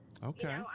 Okay